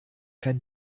kein